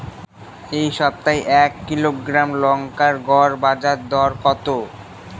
এই সপ্তাহে এক কিলোগ্রাম লঙ্কার গড় বাজার দর কত?